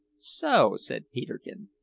so, said peterkin,